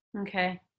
okay